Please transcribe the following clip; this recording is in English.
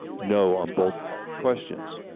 no on both questions.